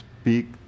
speak